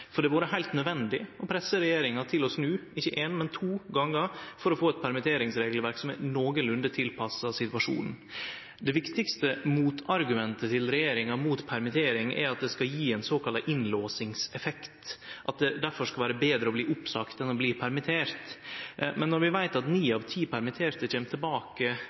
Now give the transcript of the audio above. for det har vore heilt nødvendig å presse regjeringa til å snu ikkje ein, men to gonger for å få eit permitteringsregelverk som er nokolunde tilpassa situasjonen. Det viktigaste motargumentet til regjeringa mot permittering er at det skal gje ein såkalla innlåsingseffekt, at det difor skal vere betre å bli oppsagt enn å bli permittert. Men når vi veit at ni av ti permitterte kjem tilbake